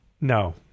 No